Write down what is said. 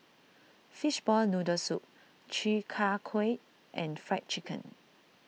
Fishball Noodle Soup Chi Kak Kuih and Fried Chicken